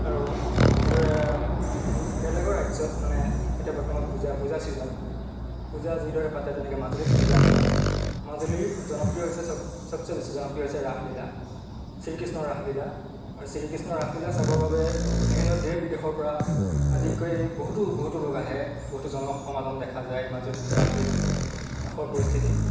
আৰু যিদৰে বেলেগৰ ৰাজ্যত মানে এতিয়া বৰ্তমান পূজা পূজা ছিজন পূজা যিদৰে পাতে তেনেকৈ মাজুলীত পূজা নহয় মাজুলীৰ জনপ্ৰিয় হৈছে চব চবচে বেছি জনপ্ৰিয় হৈছে ৰাসলীলা শ্ৰীকৃষ্ণৰ ৰাসলীলা আৰু শ্ৰীকৃষ্ণ ৰাসলীলা চাবৰ বাবে বিভিন্ন দেশ বিদেশৰপৰা আদি কৰি বহুতো বহুতো লোক আহে বহুতো জনসমাগম দেখা যায় মাজুলীত ৰাসলীলা ৰাসৰ পৰিস্থিতিত